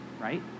right